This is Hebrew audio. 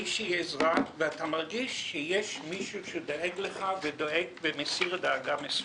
איזו עזרה ואתה מרגיש שיש מישהו שדואג לך ומסיר דאגה מסוימת."